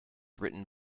written